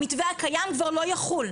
המתווה הקיים כבר לא יחול.